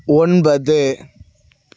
ஒன்பது